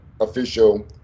official